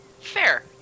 Fair